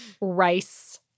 rice